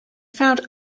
found